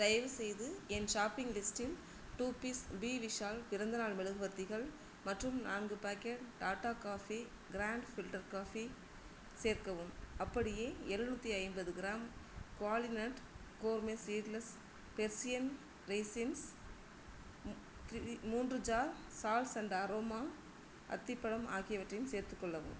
தயவுசெய்து என் ஷாப்பிங் லிஸ்ட்டில் டூ பீஸ் பி விஷால் பிறந்தநாள் மெழுகுவர்த்திகள் மற்றும் நான்கு packet Tata coffee grand filter coffee சேர்க்கவும் அப்படியே எழுநூத்தி ஐம்பது கிராம் குவாலினட் gourmet seedless Persian raisins three மூன்று ஜார் சால்ஸ் அண்ட் அரோமா அத்திப்பழம் ஆகியவற்றையும் சேர்த்துக்கொள்ளவும்